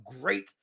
great